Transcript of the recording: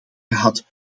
gehad